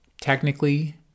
technically